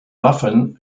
waffen